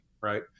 right